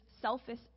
selfish